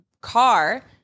car